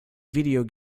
video